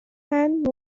and